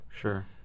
Sure